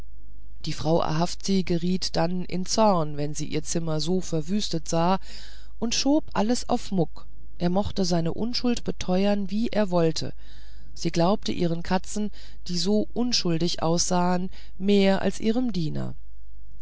die frau ahavzi geriet dann in zorn wenn sie ihre zimmer so verwüstet sah und schob alles auf muck er mochte seine unschuld beteuern wie er wollte sie glaubte ihren katzen die so unschuldig aussahen mehr als ihrem diener